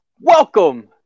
welcome